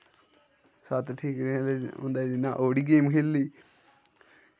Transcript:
सत्त ठीकरियें आह्ले होंदे जि'यां ओह्ड़ी गेम खेढी लेई